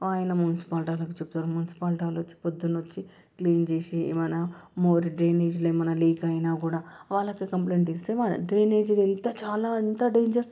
ఆయన మున్సిపాలిటి వాళ్ళకి చెప్తారు మున్సిపాలిటి వాళ్ళు వచ్చి పొద్దున వచ్చి క్లీన్ చేసి ఏమైనా మోరీ డ్రైనేజీలు ఏమైనా లీక్ అయినా కూడా వాళ్లకి కంప్లైంట్ ఇస్తే వాళ్లు డ్రైనేజ్ ఎంత చాలా ఎంత డేంజర్